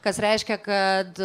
kas reiškia kad